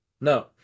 No